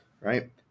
right